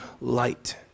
light